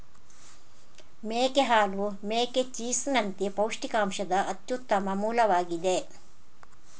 ಮೇಕೆ ಹಾಲು ಮೇಕೆ ಚೀಸ್ ನಂತೆ ಪೌಷ್ಟಿಕಾಂಶದ ಅತ್ಯುತ್ತಮ ಮೂಲವಾಗಿದೆ